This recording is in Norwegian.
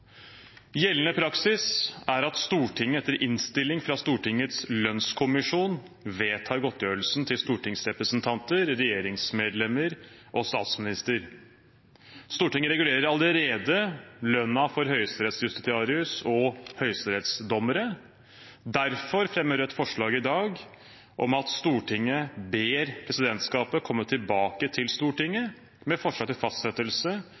Gjeldende praksis er at Stortinget etter innstilling fra Stortingets lønnskommisjon vedtar godtgjørelsen til stortingsrepresentanter, regjeringsmedlemmer og statsminister. Stortinget regulerer allerede lønnen for høyesterettsjustitiarius og høyesterettsdommere. Derfor fremmer Rødt forslag i dag om at Stortinget ber presidentskapet komme tilbake til Stortinget med forslag til fastsettelse